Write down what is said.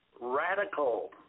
radical